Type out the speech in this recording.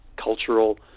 cultural